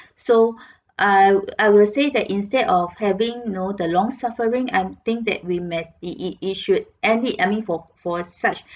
so I I will say that instead of having you know the long suffering I think that we must it it it should end it I mean for for such